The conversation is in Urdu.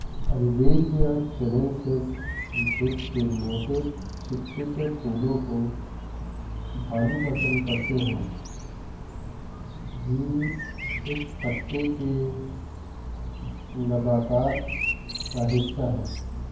البیزیا چننسس جس کے موٹے چپچپے پھولوں کو بھالو پسند کرتے ہیں بھی اس خطے کے نباتات کا حصہ ہیں